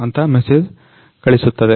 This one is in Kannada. ಅಂಥ ಮೆಸೇಜ್ ಕಳಿಸುತ್ತೆ